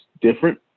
different